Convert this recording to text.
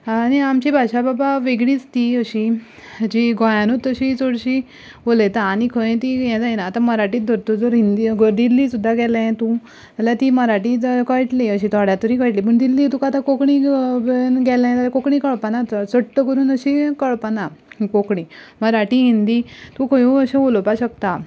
आनी आमची भाशा बाबा वेगळीच ती अशी जी गोंयांतूच अशी चडशी उलयता आनी खंय ती हें जायना आतां मराठीच धर तूं जर हिंदी जर दिल्ली सुद्दां गेलें तूं जाल्यार ती मराठी कळटली अशी थोड्यांक तरी कळटली पूण दिल्ली तुका आतां कोंकणी गेलें जाल्यार कोंकणी कळपाना चड सट्ट करून अशी कळपाना कोंकणी मराठी हिंदी तूं खंयूय अशें उलोवपाक शकता